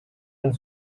and